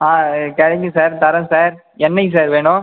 ஆ கிடைக்கும் சார் தரேன் சார் என்னைக்கு சார் வேணும்